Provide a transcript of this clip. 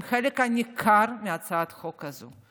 עם חלק ניכר מהצעת החוק הזו,